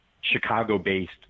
Chicago-based